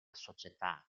società